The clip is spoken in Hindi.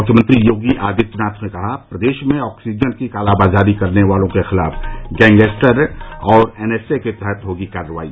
मुख्यमंत्री योगी आदित्यनाथ ने कहा प्रदेश में ऑक्सीजन की कालाबाज़ारी करने वालों के खिलाफ गैगस्टर और एनएसए के तहत होगी कार्यवाही